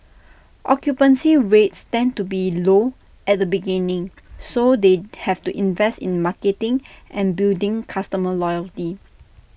occupancy rates tend to be low at the beginning so they have to invest in marketing and building customer loyalty